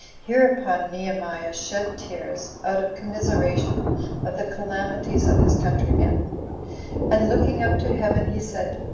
hereupon nehemiah shed tears, out of commiseration of the calamities of his countrymen and, looking up to heaven, he said,